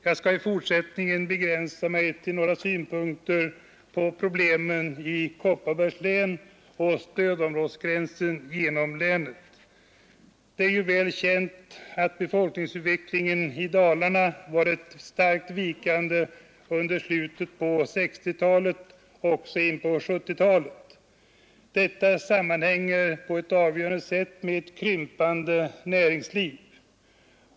Jag skall i fortsättningen begränsa mig till några synpunkter på problemen i Kopparbergs län och på stödområdesgränsen genom länet. Det är ju känt att befolkningsutvecklingen i Dalarna varit starkt vikande under slutet på 1960-talet och även in på 1970-talet. Detta sammanhänger på ett avgörande sätt med ett krympande näringsliv.